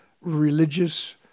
religious